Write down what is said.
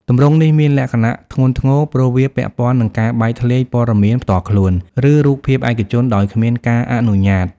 ទម្រង់នេះមានលក្ខណៈធ្ងន់ធ្ងរ ព្រោះវាពាក់ព័ន្ធនឹងការបែកធ្លាយព័ត៌មានផ្ទាល់ខ្លួន ឬរូបភាពឯកជនដោយគ្មានការអនុញ្ញាត។